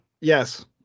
Yes